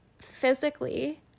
physically